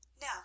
Now